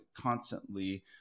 constantly